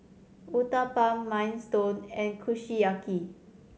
Uthapam Minestrone and Kushiyaki